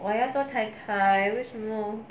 我要做 tai tai 为什么